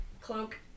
cloak